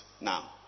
now